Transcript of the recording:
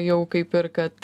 jau kaip ir kad